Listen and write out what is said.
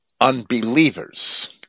unbelievers